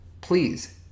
please